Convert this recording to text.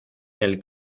del